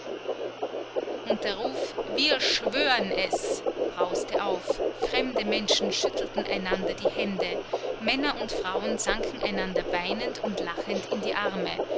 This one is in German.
und der ruf wir schwören es brauste auf fremde menschen schüttelten einander die hände männer und frauen sanken einander weinend und lachend in die arme